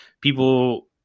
people